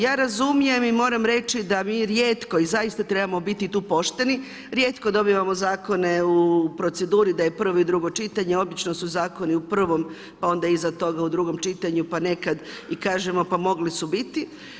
Ja razumijem i moram reći da mi rijetko i zaista trebamo biti tu pošteni, rijetko dobivamo zakone u proceduri da je prvo i drugo čitanje, obično su zakoni u prvom, pa onda iza toga u drugom čitanju pa nekad i kažemo pa mogli su biti.